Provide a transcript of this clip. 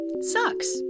Sucks